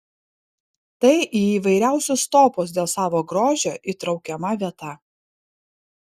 tai į įvairiausius topus dėl savo grožio įtraukiama vieta